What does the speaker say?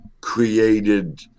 created